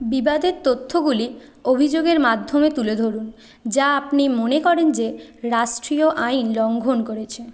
বিবাদের তথ্যগুলি অভিযোগের মাধ্যমে তুলে ধরুন যা আপনি মনে করেন যে রাষ্ট্রীয় আইন লঙ্ঘন করেছে